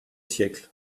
siècle